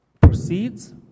proceeds